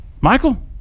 Michael